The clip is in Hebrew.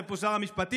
יושב פה שר המשפטים,